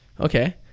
Okay